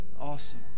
awesome